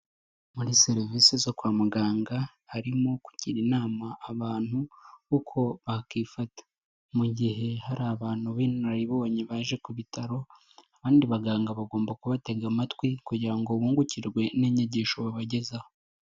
Muri serivisi zo kwa muganga, harimo kugira inama abantu uko bakifata. Mugihe hari abantu b'inararibonye baje ku bitaro, abandi baganga bagomba kubatega amatwi kugira ngo bungukirwe n'inyigisho babagezaho.